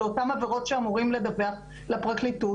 אותן עבירות שאמורים לדווח לפרקליטות.